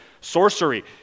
sorcery